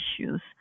issues